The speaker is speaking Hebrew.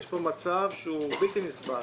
יש פה מצב שהוא בלתי נסבל,